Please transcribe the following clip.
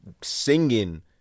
singing